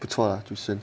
不错 tuition